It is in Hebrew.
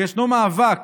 ויש מאבק